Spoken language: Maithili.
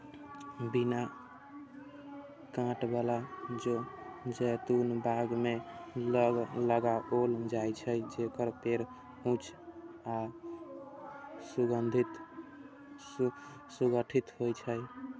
बिना कांट बला जैतून बाग मे लगाओल जाइ छै, जेकर पेड़ ऊंच आ सुगठित होइ छै